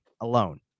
alone